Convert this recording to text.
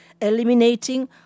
eliminating